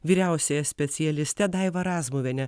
vyriausiąja specialiste daiva razmuviene